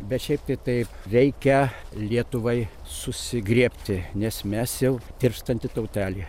bet šiaip tai tai reikia lietuvai susigriebti nes mes jau tirpstanti tautelė